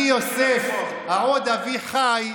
אני יוסף, העוד אבי חי.